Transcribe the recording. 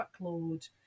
workload